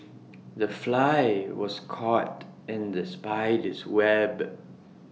the fly was caught in the spider's web